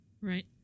Right